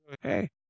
hey